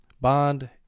Bond